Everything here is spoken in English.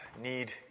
need